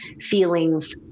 feelings